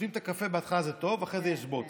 כששותים את הקפה, בהתחלה זה טוב, אחרי זה יש בוץ.